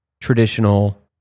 traditional